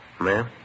Ma'am